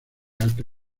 alta